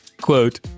quote